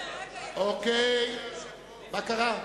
מה קרה?